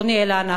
אלא אנחנו.